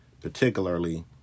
particularly